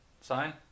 sign